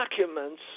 documents